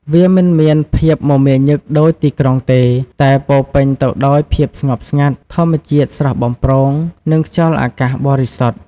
វាមិនមានភាពមមាញឹកដូចទីក្រុងទេ តែពោរពេញទៅដោយភាពស្ងប់ស្ងាត់ ធម្មជាតិស្រស់បំព្រង និងខ្យល់អាកាសបរិសុទ្ធ។